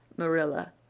marilla,